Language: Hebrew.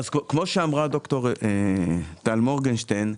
אז כמו שאמרה ד"ר טל מורגנשטיין,